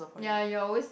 ya you always